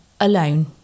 alone